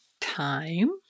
time